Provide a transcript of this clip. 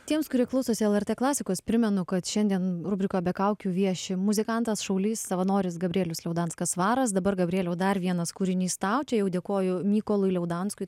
tiems kurie klausosi lrt klasikos primenu kad šiandien rubrikoj be kaukių vieši muzikantas šaulys savanoris gabrielius liaudanskas svaras dabar gabrieliau dar vienas kūrinys tau čia jau dėkoju mykolui liaudanskui